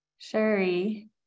sherry